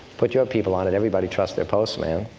put your people on it. everybody trusts their postman.